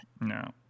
No